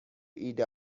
ایده